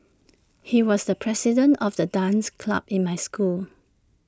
he was the president of the dance club in my school